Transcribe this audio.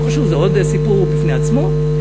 לא חשוב, זה עוד סיפור בפני עצמו.